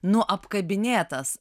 nu apkabinėtas